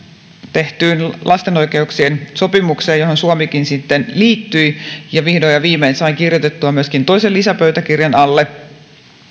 tehtyyn lasten oikeuksien sopimukseen suomikin sitten liittyi ja vihdoin ja viimein sai kirjoitettua myöskin toisen lisäpöytäkirjan alle